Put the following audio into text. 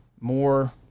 more